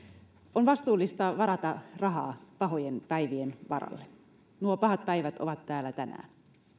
on vastuullista varata rahaa pahojen päivien varalle nuo pahat päivät ovat täällä tänään